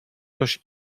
ktoś